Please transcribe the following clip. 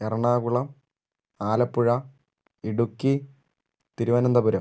Ernakulam Alappuzha Idukki Thiruvananthapuram